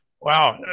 Wow